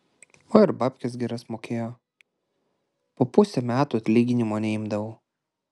o ir babkes geras mokėjo po pusę metų atlyginimo neimdavau